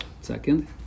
Second